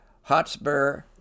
Hotspur